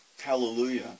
Hallelujah